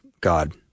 God